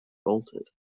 bolted